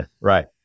right